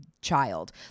child